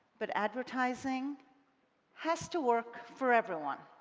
but advertising has to work for everyone.